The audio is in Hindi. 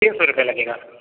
तीन सौ रुपए लगेगा